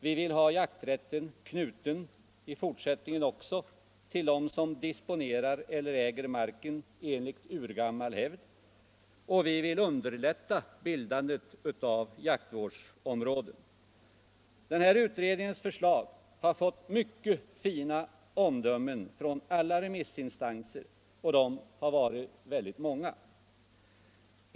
Vi vill ha jakträtten knuten i fortsättningen också till dem som disponerar eller äger marken enligt urgammal hävd. Vi vill underlätta bildandet av jaktvårdsområden. Utredningens förslag har fått mycket fina omdömen från alla remissinstanser och de har varit väldigt många.